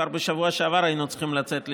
אז כבר בשבוע שעבר היינו צריכים לצאת לשם.